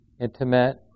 intimate